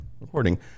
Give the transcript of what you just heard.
recording